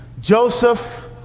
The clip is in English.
Joseph